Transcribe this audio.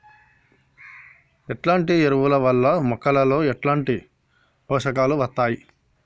ఎట్లాంటి ఎరువుల వల్ల మొక్కలలో ఎట్లాంటి పోషకాలు వత్తయ్?